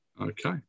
Okay